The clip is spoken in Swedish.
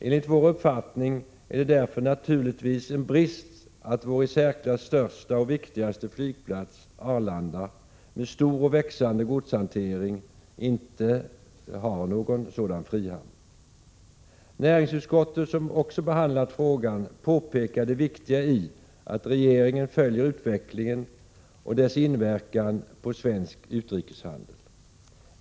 Enligt vår uppfattning är det därför naturligtvis en brist att vår i särklass största och viktigaste flygplats, Arlanda, som har stor och växande godshantering inte har någon sådan frihamn. Näringsutskottet, som också har behandlat frågan, påpekar det viktiga i att regeringen följer utvecklingen och uppmärksammar dess inverkan på svensk utrikeshandel.